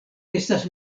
estas